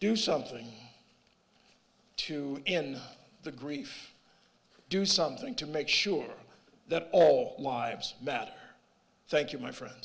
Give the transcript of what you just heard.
do something to end the grief do something to make sure that all lives that thank you my friend